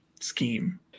scheme